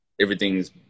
everything's